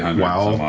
ah wow?